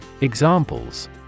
Examples